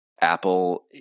Apple